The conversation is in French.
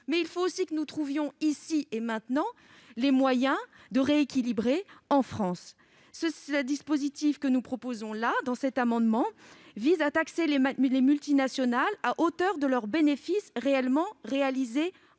Il faut aussi que nous trouvions, ici et maintenant, les moyens de rééquilibrer les choses en France. Le dispositif proposé au travers de cet amendement vise à taxer les multinationales à hauteur de leurs bénéfices réellement réalisés en France.